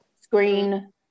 screen